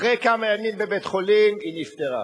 אחרי כמה ימים בבית-חולים היא נפטרה.